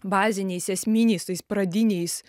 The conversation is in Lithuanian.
baziniais esminiais tais pradiniais